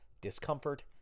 discomfort